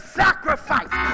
sacrifice